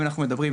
אם אנחנו מדברים,